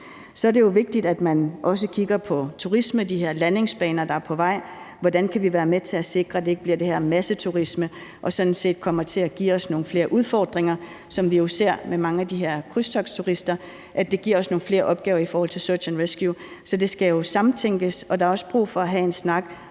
Så er det jo vigtigt, at man også kigger på turisme og de her landingsbaner, der er på vej. Hvordan kan vi være med til at sikre, at det ikke bliver det her masseturisme, som sådan set kommer til at give os nogen flere udfordringer? Vi ser jo med mange af de her krydstogtsturister, at det giver os nogle flere opgaver i forhold til search and rescue. Så det skal jo samtænkes, og der er også brug for at have en snak